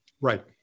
Right